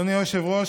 אדוני היושב-ראש,